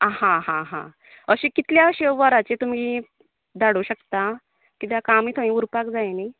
आं हा हा हा अशें कितल्या शें वराचें तुमी धाडू शकता किद्याक आमी थंय उरपाक जाय नी